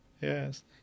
Yes